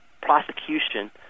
prosecution